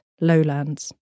Lowlands